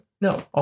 No